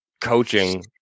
coaching